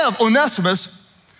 Onesimus